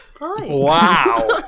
Wow